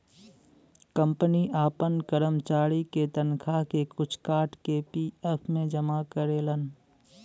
company आपन करमचारी के तनखा के कुछ काट के पी.एफ मे जमा करेलन